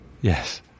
Yes